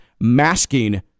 masking